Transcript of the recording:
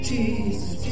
Jesus